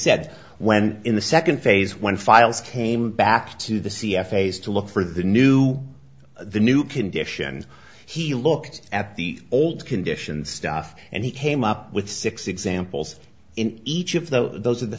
said when in the second phase when files came back to the c f a as to look for the new the new condition he looked at the old condition stuff and he came up with six examples in each of those those are the